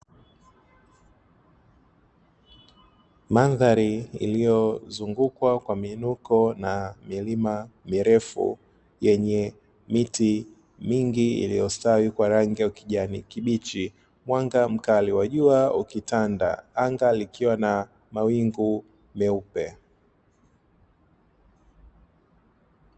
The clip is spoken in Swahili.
Mandhari iliyozungukwa kwa miinuko na milima mirefu yenye miti mingi iliyo stawi kwa rangi ya kijani kibichi, mwanga mkali wa jua ukitanda anga likiwa na mawingu meupe.